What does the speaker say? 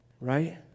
right